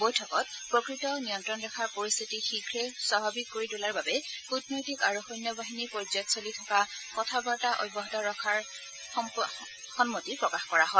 বৈঠকত প্ৰকৃত নিয়ন্ত্ৰণ ৰেখাৰ পৰিস্থিতি শীঘে স্বাভাৱিক কৰি তোলাৰ বাবে কুটনৈতিক আৰু সৈন্যবাহিনী পৰ্যায়ত চলি থকা কথা বাৰ্তা অব্যাহত ৰখাৰ ক্ষেত্ৰত সম্প্ৰতি প্ৰকাশ কৰা হয়